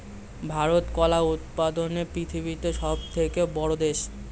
ভারত কলা উৎপাদনে পৃথিবীতে সবথেকে বড়ো দেশ